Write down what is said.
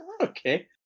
Okay